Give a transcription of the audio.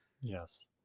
Yes